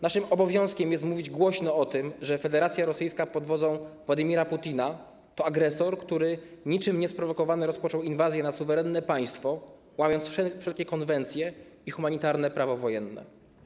Naszym obowiązkiem jest mówić głośno o tym, że Federacja Rosyjska pod wodzą Władimira Putina to agresor, który niczym niesprowokowany rozpoczął inwazję na suwerenne państwo, łamiąc wszelkie konwencje i humanitarne prawo wojenne.